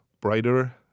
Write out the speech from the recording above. brighter